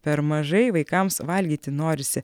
per mažai vaikams valgyti norisi